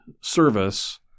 service